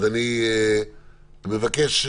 אני מבקש,